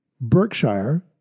Berkshire